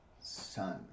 Son